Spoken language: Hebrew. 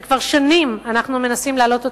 שכבר שנים אנחנו מנסים להעלות,